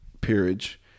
peerage